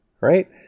right